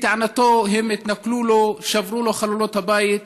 לטענתו, הם התנכלו לו, שברו לו את חלונות הבית,